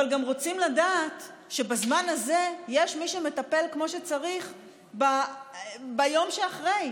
אבל אנחנו גם רוצים לדעת שבזמן הזה יש מי שמטפל כמו שצריך ביום שאחרי.